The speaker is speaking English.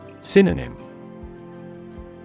Synonym